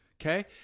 Okay